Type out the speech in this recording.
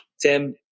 Tim